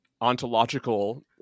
ontological